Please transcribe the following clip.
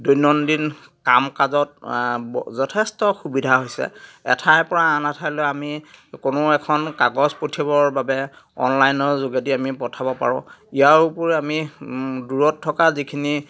দৈনন্দিন কাম কাজত যথেষ্ট সুবিধা হৈছে এঠাইৰ পৰা আন এঠাইলৈ আমি কোনো এখন কাগজ পঠিয়াবৰ বাবে অনলাইনৰ যোগেদি আমি পঠাব পাৰোঁ ইয়াৰ উপৰিও আমি দূৰত থকা যিখিনি